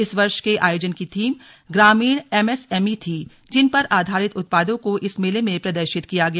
इस वर्ष के आयोजन की थीम ग्रामीण एमएसएमई थी जिन पर आधारित उत्पादों को इस मेले में प्रदर्शित किया गया